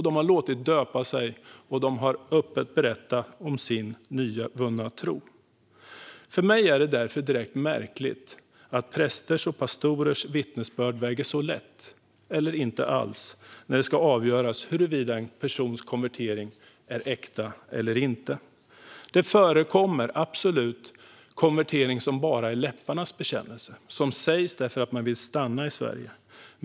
De har låtit döpa sig, och de har öppet berättat om sin nyvunna tro. För mig är det därför direkt märkligt att prästers och pastorers vittnesbörd väger så lätt eller inte alls när det ska avgöras huruvida en persons konvertering är äkta eller inte. Det förekommer absolut konvertering som bara är läpparnas bekännelse som sägs därför att man vill stanna i Sverige.